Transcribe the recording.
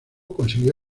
consiguió